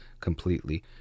completely